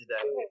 today